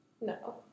No